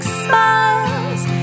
smiles